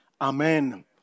amen